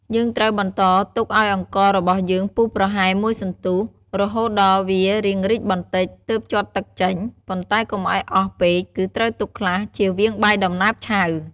យើងត្រូវបន្តទុកឱ្យអង្កររបស់យើងពុះប្រហែលមួយសន្ទុះរហូតដល់វារាងរីកបន្តិច ទើបជាត់ទឹកចេញ ប៉ុន្តែកុំឱ្យអស់ពេក គឺត្រូវទុកខ្លះ ជៀសវាងបាយដំណើបឆៅ។